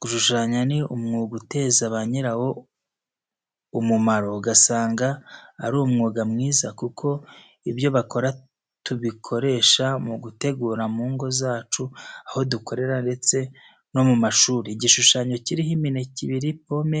Gushushanya ni umwuga uteza ba nyirawo umumuro, usanga ari umwuga mwiza kuko ibyo bakora tubikoresha mu gutegura mu ngo zacu, aho dukorera ndetse no mu mashuri. Igishushanyo kiriho imineke ibiri, pome